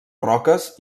roques